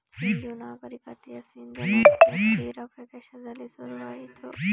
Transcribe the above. ಸಿಂಧೂ ನಾಗರಿಕತೆಯ ಸಿಂಧೂ ನದಿಯ ತೀರ ಪ್ರದೇಶದಲ್ಲಿ ಶುರುವಾಯಿತು